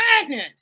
madness